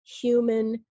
human